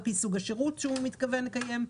על פי סוג השירות שהוא מתכוון לקיים.